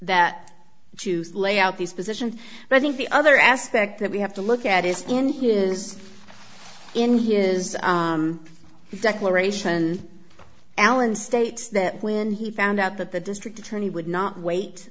that juice lay out these positions but i think the other aspect that we have to look at is in his in his declaration allen states that when he found out that the district attorney would not wait